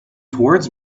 towards